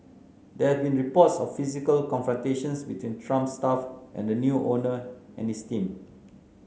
there been reports of physical confrontations between Trump staff and the new owner and his team